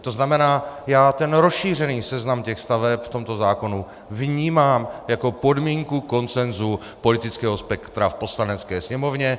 To znamená, já ten rozšířený seznam staveb v zákonu vnímám jako podmínku konsenzu politického spektra v Poslanecké sněmovně.